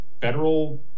federal